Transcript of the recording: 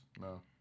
No